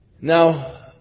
Now